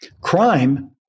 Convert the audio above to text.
Crime